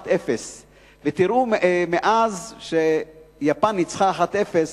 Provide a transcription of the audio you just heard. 1:0. מאז שיפן ניצחה 1:0,